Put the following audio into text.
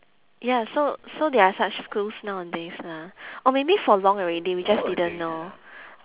ya so so there are such school nowadays lah or maybe for long already we just didn't know